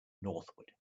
northward